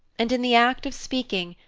and in the act of speaking,